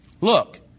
look